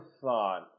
thought